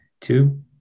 two